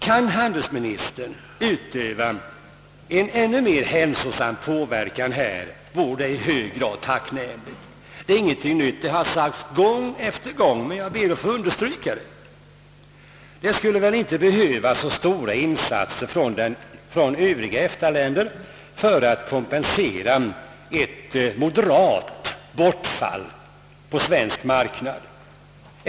Kan handelsministern utöva en ännu kraftigare hälsosam påverkan härvidlag vore det i hög grad tacknämligt. Detta är ingenting nytt — det har sagts gång på gång — men jag ber att få understryka det. Det skulle väl inte behövas så stora insatser från övriga EFTA-länder för att kompensera ett moderat bortfall på den svenska marknaden.